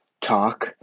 talk